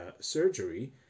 surgery